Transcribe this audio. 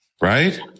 Right